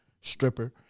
stripper